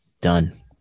Done